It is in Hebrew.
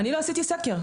אני לא עשיתי סקר.